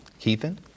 Keithan